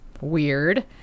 weird